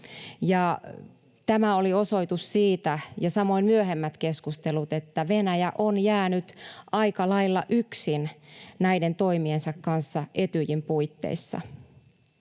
Tämä oli osoitus siitä, ja samoin myöhemmät keskustelut, että Venäjä on jäänyt aika lailla yksin näiden toimiensa kanssa Etyjin puitteissa.